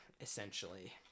essentially